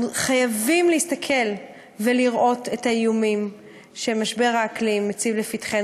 אנחנו חייבים להסתכל ולראות את האיומים שמשבר האקלים מציב לפתחנו,